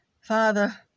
Father